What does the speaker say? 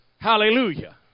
Hallelujah